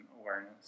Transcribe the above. awareness